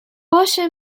باشه